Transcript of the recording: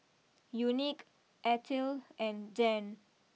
unique Ethyl and Dann